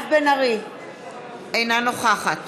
אינה נוכחת